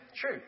True